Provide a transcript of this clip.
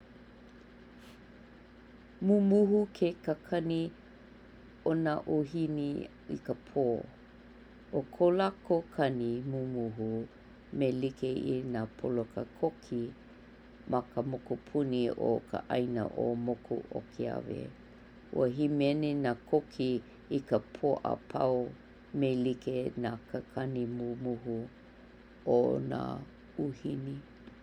Mumuhu ke kakani o nā ʻūhini i ka pō. ʻO ko lākou kani mumuhu me like i nā poloka koki ma ka mokupuni o ka ʻaina o Moku o Keawe. Ua himeni nā koki i ka pō apau me like nā kakani mumuhu o nā ʻūhini.